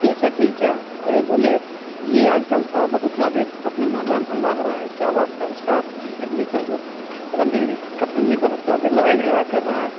ठीक है ठीक है अरे बोले यह आज कल थोड़ा बहुत ज़्यादा अपने मोहल्ला में हल्ला हो रहा है क्या बात है उसका फैमिली सब रणदीप जी की फैमिली बहुत ज़्यादा लड़ाई झगड़ा कर रही है